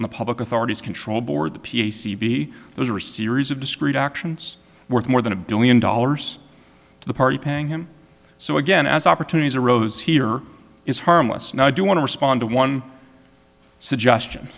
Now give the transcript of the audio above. in the public authorities control board the p c b those are a series of discrete actions worth more than a billion dollars to the party paying him so again as opportunities arose here is harmless now i do want to respond to one suggestion